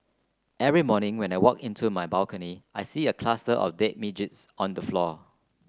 every morning when I walk into my balcony I see a cluster of dead midges on the floor